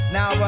Now